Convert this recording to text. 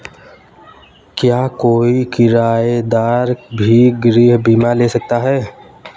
क्या कोई किराएदार भी गृह बीमा ले सकता है?